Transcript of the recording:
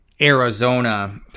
Arizona